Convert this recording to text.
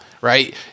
right